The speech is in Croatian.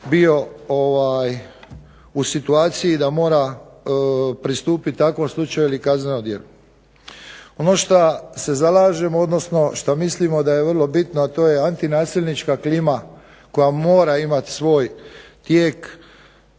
bio u situaciji da mora pristupiti takvom slučaju ili kaznenom djelu. Ono što se zalažemo odnosno što mislimo da je vrlo bitno a to je antinasilnička klima koja mora imati svoj tijek